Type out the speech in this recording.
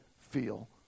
feel